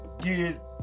get